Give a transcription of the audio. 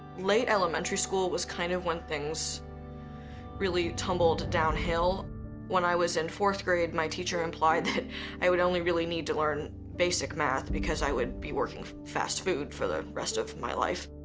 late elementary school was kind of when things really tumbled downhill when i was in fourth grade my teacher implied that i would only really need to learn basic math because i would be working fast food for the rest of my life.